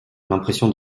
l’impression